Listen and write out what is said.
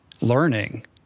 learning